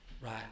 right